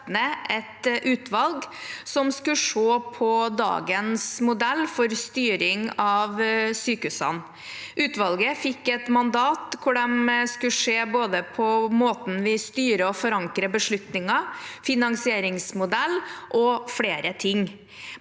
et utvalg som skulle se på dagens modell for styring av sykehusene. Utvalget fikk et mandat hvor de skulle se på både måten vi styrer og forankrer beslutninger på, finansieringsmodell og flere ting.